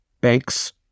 banks